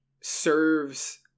serves